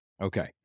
Okay